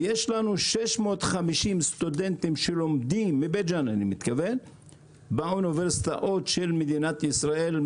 ויש לנו 650 סטודנטים מבית ג'אן שלומדים באוניברסיטאות של מדינת ישראל,